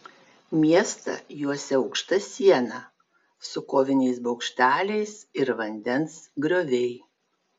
miestą juosė aukšta siena su koviniais bokšteliais ir vandens grioviai